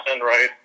Right